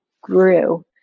grew